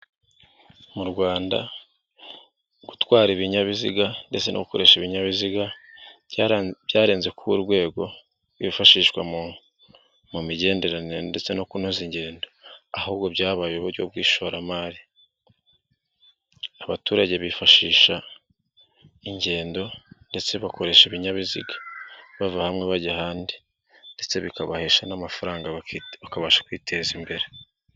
Mu Rwanda gutwara ibinyabiziga ndetse no gukoresha ibinyabiziga byarenze kuba urwego rwifashishwa mu migenderanire ndetse no kunoza ingendo ahubwo byabaye ishoramari. Abaturage bifashisha ingendo ndetse bakoresha ibinyabiziga bava hamwe bajya ahandi ndetse bikabahesha n'amafaranga bakabasha kwiteza imbere.